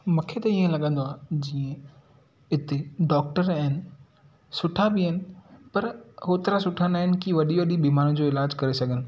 मूंखे त इअं लॻंदो आहे जीअं हिते डॉक्टर आहिनि सुठा बि आहिनि पर होतिरा सुठा न आहिनि की वॾी वॾी बीमारियुनि जो इलाजु करे सघनि